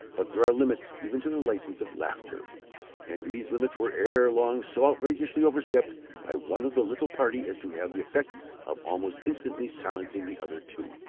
but there are limits even to the license of laughter and these limits were ere long so outrageously overstepped by one of the little party as to have the effect of almost instantly silencing the other two.